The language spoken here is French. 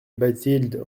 bathilde